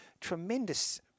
tremendous